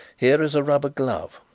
here is a rubber glove.